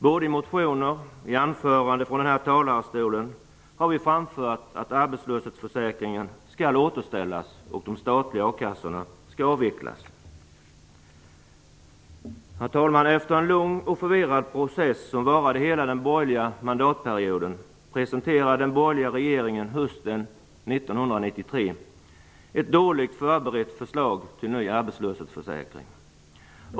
Både i motioner och i anföranden från den här talarstolen har vi framfört att arbetslöshetsförsäkringen skall återställas och de statliga a-kassorna avvecklas. Herr talman! Efter en lång och förvirrad process, som varade hela den borgerliga mandatperioden, presenterade den borgerliga regeringen hösten 1993 ett dåligt förberett förslag till ny arbetslöshetsförsäkring.